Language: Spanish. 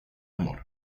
amor